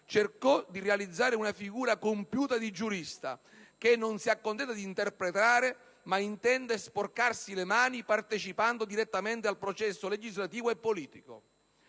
cercò di realizzare una figura compiuta di giurista che non si accontenta di interpretare, ma intende sporcarsi le mani, partecipando direttamente al processo legislativo e politico.